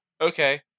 okay